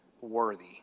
worthy